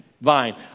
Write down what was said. vine